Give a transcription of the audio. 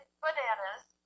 bananas